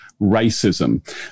racism